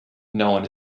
known